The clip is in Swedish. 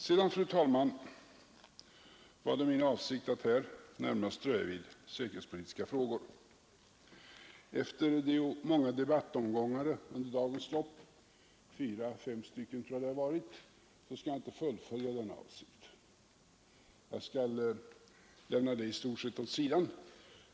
Sedan, fru talman, var det min avsikt att här närmast dröja vid säkerhetspolitiska frågor. Efter de många debattomgångarna under dagens lopp — fyra fem stycken tror jag det har varit — skall jag inte fullfölja denna avsikt utan i stort sett lämna detta åt sidan.